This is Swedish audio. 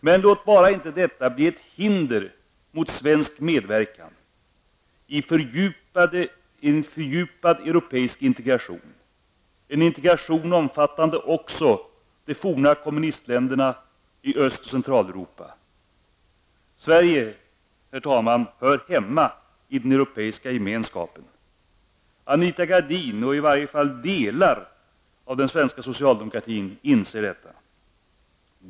Men låt bara inte detta bli ett hinder mot svensk medverkan i en fördjupad europeisk integration, en integration omfattande också de forna kommunistländerna i Öst och Sverige hör hemma i Europeiska gemenskapen. Anita Gradin och i varje fall delar av den svenska socialdemokratin inser detta.